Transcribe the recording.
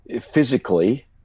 physically